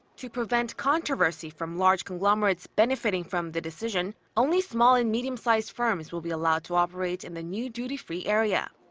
to prevent controversy from large conglomerates benefiting from the decision, only small and medium-sized firms will be allowed to operate in the new duty-free area.